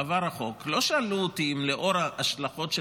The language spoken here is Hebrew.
והחוק עבר לא שאלו אותי אם לאור ההשלכות של